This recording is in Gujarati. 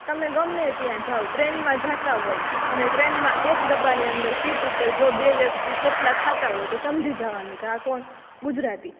તમે ગમે ત્યાં જાવ ટ્રેનમાં જતા હોય અને ટ્રેનમાં એક ડબ્બાની અંદર સીટ ઉપર જો બે વ્યક્તિ થેપલા ખાતાં હોય તો સમજી જવાનું કે આ કોણ ગુજરાતી